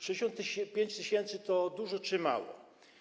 65 tys. to dużo czy mało?